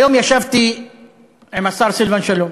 היום ישבתי עם השר סילבן שלום,